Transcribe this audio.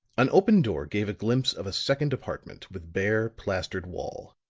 an open door gave a glimpse of a second apartment with bare, plastered wall,